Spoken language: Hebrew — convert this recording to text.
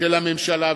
של הממשלה,